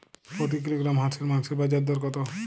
প্রতি কিলোগ্রাম হাঁসের মাংসের বাজার দর কত?